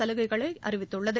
சலுகைகளை அறிவித்துள்ளது